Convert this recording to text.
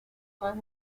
más